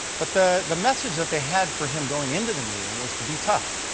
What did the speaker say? but the the message that they had for him going into the meeting was to be tough,